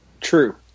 True